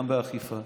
גם באכיפה,